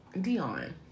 Dion